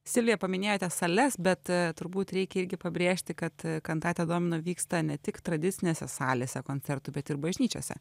silvija paminėjote sales bet turbūt reikia irgi pabrėžti kad kantate domino vyksta ne tik tradicinėse salėse koncertų bet ir bažnyčiose